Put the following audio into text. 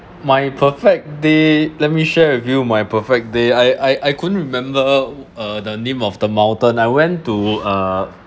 my perfect day let me share with you my perfect day I I couldn't remember uh the name of the mountain I went to uh